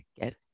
get